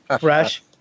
fresh